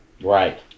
Right